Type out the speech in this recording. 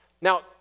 Now